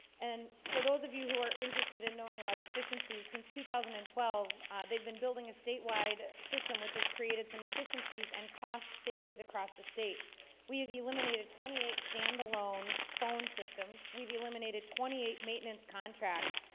and for those of you, who are interested in knowing about efficiencies since two thousand and twelve they've been building a statewide system which has created some efficiencies and cost savings across the state we have eliminated twenty eight standalone phone systems we've eliminated twenty eight maintenance contracts,